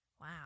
wow